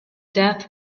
death